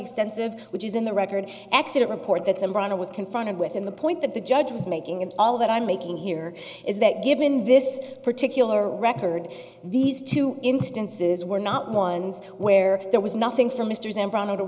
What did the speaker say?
extensive which is in the record accident report that some runner was confronted with and the point that the judge was making and all that i'm making here is that given this particular record these two instances were not ones where there was nothing for mr zambrano to